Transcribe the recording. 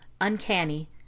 Uncanny